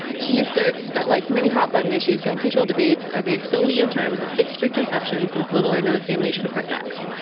he asserts that like many hot button issues, gun control debates are based solemnly in terms of fixed preconceptions with little or no examination of hard facts.